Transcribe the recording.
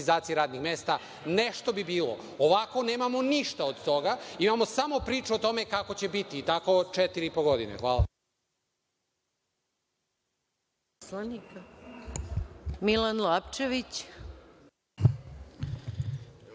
radnih mesta, nešto bi bilo. Ovako, nemamo ništa od toga. Imamo samo priču o tome kako će biti i tako četiri i po godine. Hvala.